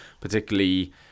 particularly